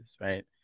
right